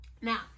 Now